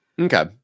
Okay